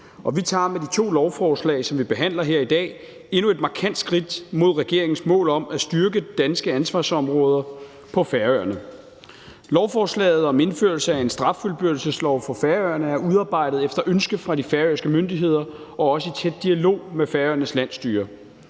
Vi tager med de to lovforslag, som vi behandler her i dag, endnu et markant skridt mod regeringens mål om at styrke danske ansvarsområder på Færøerne. Lovforslaget om indførelse af en straffuldbyrdelseslov for Færøerne er udarbejdet efter ønske fra de færøske myndigheder og også i tæt dialog med Færøernes landsstyre.